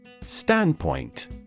Standpoint